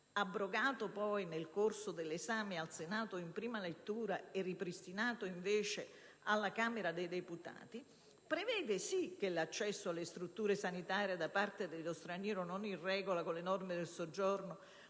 soppresso poi nel corso dell'esame al Senato in prima lettura e ripristinato, invece, alla Camera dei deputati, prevede, sì, che l'accesso alle strutture sanitarie da parte dello straniero non in regola con le norme del soggiorno